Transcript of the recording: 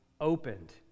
opened